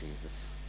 Jesus